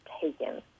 taken